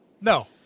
No